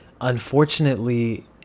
unfortunately